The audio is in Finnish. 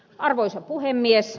arvoisa puhemies